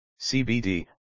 cbd